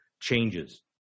changes